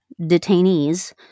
detainees